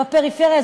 בפריפריה,